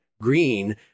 green